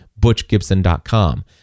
butchgibson.com